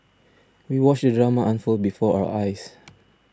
we watched drama unfold before our eyes